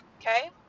Okay